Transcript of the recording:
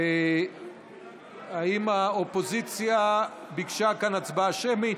האם האופוזיציה ביקשה כאן הצבעה שמית?